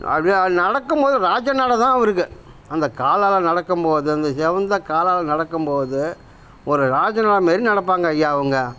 அப்படியே நடக்கும்போது ராஜநடை தான் அவருக்கு அந்த காலால் நடக்கும்போது அந்த சிவந்த காலால் நடக்கும்போது ஒரு ராஜநடை மாரி நடப்பாங்க ஐயா அவங்க